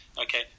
Okay